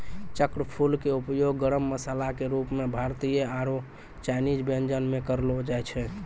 चक्रफूल के उपयोग गरम मसाला के रूप मॅ भारतीय आरो चायनीज व्यंजन म करलो जाय छै